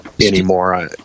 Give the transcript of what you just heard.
anymore